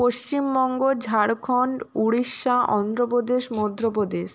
Paschimbanga Jharkhand Orissa Andhra Pradesh Madhya Pradesh